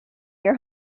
your